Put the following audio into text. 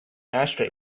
ashtray